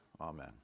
Amen